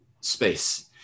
space